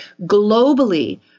globally